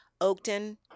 Oakton